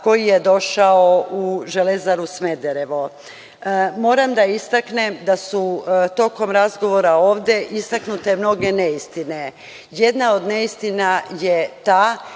koji je došao u „Železaru Smederevo“.Moram da istaknem da su tokom razgovora ovde istaknute mnoge neistine. Jedna od istina je ta